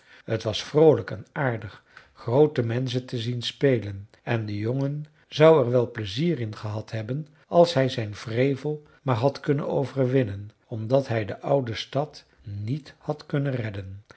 t was vroolijk en aardig groote menschen te zien spelen en de jongen zou er wel pleizier in gehad hebben als hij zijn wrevel maar had kunnen overwinnen omdat hij de oude stad niet had kunnen redden